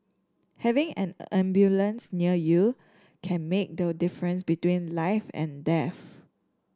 having an ambulance near you can make the difference between life and death